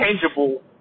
tangible